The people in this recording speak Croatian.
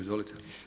Izvolite.